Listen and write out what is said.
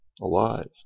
alive